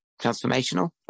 transformational